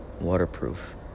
Waterproof